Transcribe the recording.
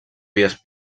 vies